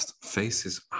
Faces